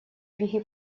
беги